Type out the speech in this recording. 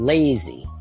Lazy